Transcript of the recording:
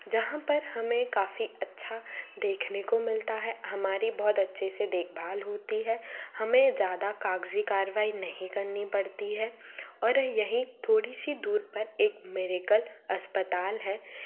जहाँ पर हमें काफ़ी अच्छा देखने को मिलता है हमारी बहुत अच्छे से देखभाल होती है हमें ज़्यादा कागज़ी कारवाई ब्गुब करनी पड़ती है और यहीं थोड़ी सी दूर पर एक मेरेकल अस्पताल है